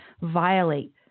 violate